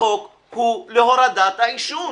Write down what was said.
החוק הוא להורדת העישון.